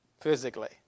physically